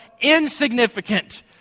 insignificant